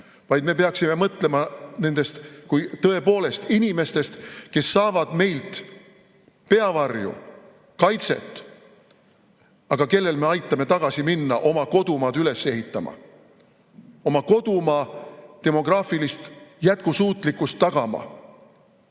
Vaid me peaksime mõtlema nendest kui tõepoolest inimestest, kes saavad meilt peavarju ja kaitset, aga kellel me aitame tagasi minna oma kodumaad üles ehitama, oma kodumaa demograafilist jätkusuutlikkust tagama